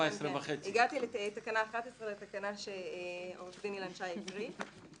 הגעתי לתקנה 11, התקנה שעו"ד אילן שי הקריא.